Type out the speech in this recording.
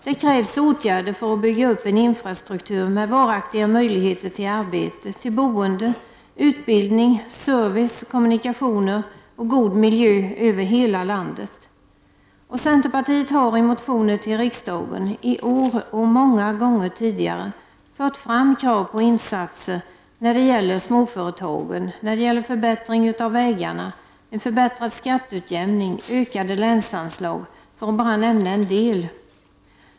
Det krävs åtgärder för att bygga upp en infrastruktur med varaktiga möjligheter till arbete, boende, utbildning, service, kommunikationer och god miljö över hela landet. Centerpartiet har i motioner till riksdagen — i år och många gånger tidigare — fört fram krav på insatser när det gäller småföretagen, förbättring av vägarna, förbättrad skatteutjämning och ökade länsanslag, för att bara nämna en del.